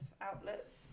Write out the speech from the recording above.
outlets